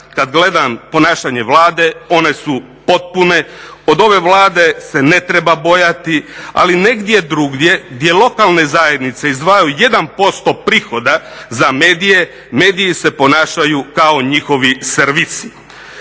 kad gledam ponašanje Vlade one su potpune, od ove Vlade se ne treba bojati ali negdje drugdje gdje lokalne zajednice izdvajaju 1% prihoda za medije, mediji se ponašaju kao njihovi servisi.